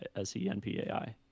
S-E-N-P-A-I